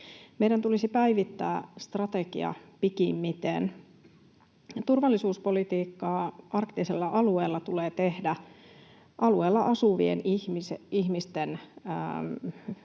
Meidän tulisi päivittää strategia pikimmiten. Turvallisuuspolitiikkaa arktisella alueella tulee tehdä alueella asuvien ihmisten